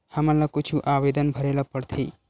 हमला कुछु आवेदन भरेला पढ़थे?